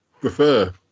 prefer